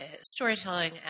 storytelling